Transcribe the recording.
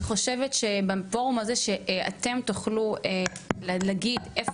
אני חושבת שבפורום הזה שאתם תוכלו להגיד איפה